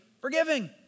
forgiving